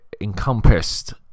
encompassed